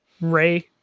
Ray